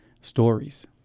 stories